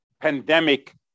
pandemic